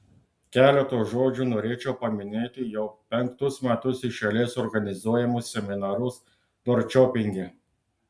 keletu žodžių norėčiau paminėti jau penktus metus iš eilės organizuojamus seminarus norčiopinge